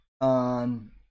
on